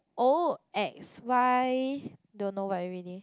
O X Y don't know what already